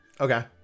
Okay